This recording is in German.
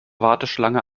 warteschlange